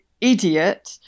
idiot